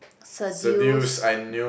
seduce